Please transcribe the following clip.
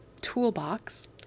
toolbox